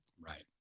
Right